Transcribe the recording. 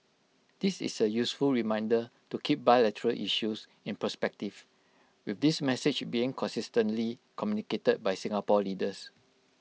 this is A useful reminder to keep bilateral issues in perspective with this message being consistently communicated by Singapore leaders